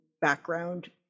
background